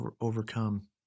overcome